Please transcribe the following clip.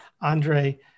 Andre